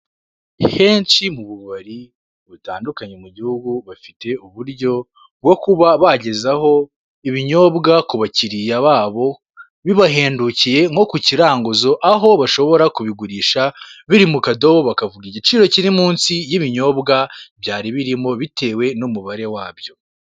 Henshi mu bubari butandukanye mu gihugu, bafite uburyo bwo kuba bagezaho ibinyobwa ku bakiriya babo bibahendukiye, nko ku kiranguzo, aho bashobora kubigurisha biri mu kadobo, bakavuga igiciro kiri munsi y'ibinyobwa byari birimo, bitewe n'umubare wabyo.